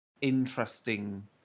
interesting